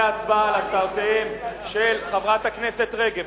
הצבעה על הצעותיהם של חברת הכנסת רגב,